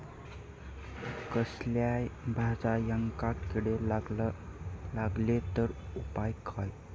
कसल्याय भाजायेंका किडे लागले तर उपाय काय?